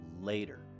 later